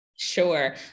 Sure